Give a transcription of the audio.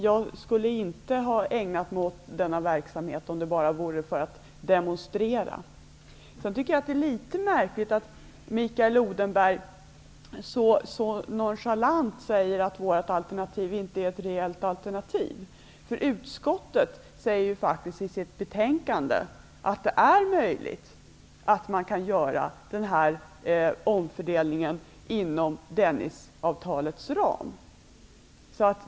Jag skulle inte ha ägnat mig åt denna verksamhet om det bara var fråga om att demonstrera. Det är litet märkligt att Mikael Odenberg så nonchalant säger att vårt alternativ inte är ett reellt alternativ. Utskottet säger i sitt betänkande att det är möjligt att göra denna omfördelning inom Dennisavtalets ram.